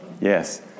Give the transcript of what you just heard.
Yes